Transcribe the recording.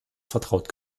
vertraut